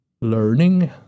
Learning